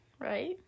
right